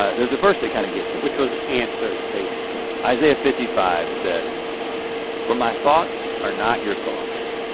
ah there's a verse that kind of gets in. which was answers basically. isaiah fifty five says for my thoughts are not your thoughts,